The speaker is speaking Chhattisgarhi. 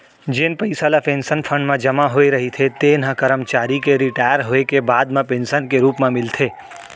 जेन पइसा ल पेंसन फंड म जमा होए रहिथे तेन ह करमचारी के रिटायर होए के बाद म पेंसन के रूप म मिलथे